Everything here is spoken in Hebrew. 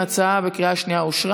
ההצעה אושרה בקריאה שנייה.